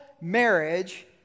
marriage